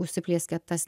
užsiplieskia tas